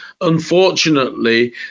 unfortunately